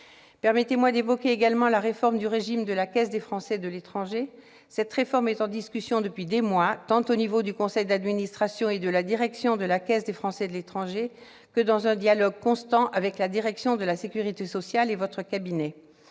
Permettez-moi d'évoquer également la réforme du régime de la Caisse des Français de l'étranger. Cette réforme est en discussion depuis des mois, tant au niveau du conseil d'administration et de la direction de la CFE que dans un dialogue constant avec la direction de la sécurité sociale et votre cabinet.